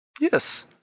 Yes